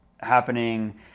happening